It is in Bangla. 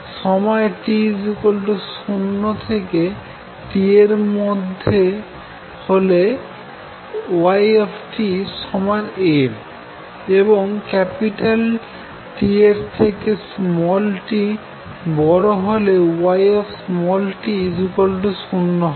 সময় t এর মান 0 থেকে T এর মধ্যে হলে y A এবং T এর থেকে t বড় হলে y 0 হবে